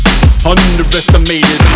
Underestimated